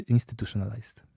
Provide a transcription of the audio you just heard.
Institutionalized